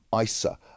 ISA